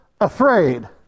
afraid